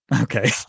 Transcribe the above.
Okay